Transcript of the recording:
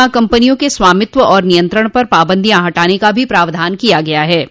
बीमा कंपनियों के स्वामित्व और नियंत्रण पर पाबंदियां हटाने का भी प्रावधान किया गया है